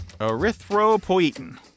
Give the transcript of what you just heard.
erythropoietin